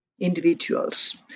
individuals